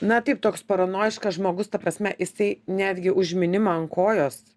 na taip toks paranojiškas žmogus ta prasme jisai netgi užminimą ant kojos